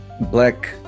black